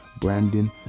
Brandon